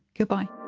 goodbye.